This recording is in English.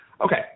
Okay